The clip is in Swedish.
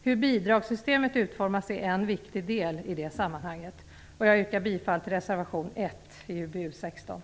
Hur bidragssystemet utformas är en viktig del i det sammanhanget. Jag yrkar bifall till reservation 1 i betänkande